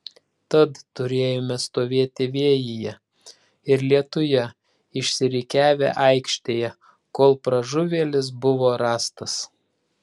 tad turėjome stovėti vėjyje ir lietuje išsirikiavę aikštėje kol pražuvėlis buvo rastas